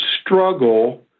struggle